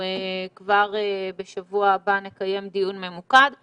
כבר בשבוע הבא נקיים דיון ממוקד בנושא הקשישים.